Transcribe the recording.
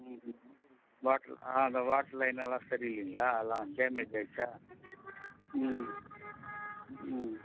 ம் ம் வாட்டர் அதுதான் வாட்டர் லைன் எல்லாம் சரியில்லைங்களா அதெல்லாம் டேமேஜ் ஆகிடுச்சா ம் ம்